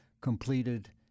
completed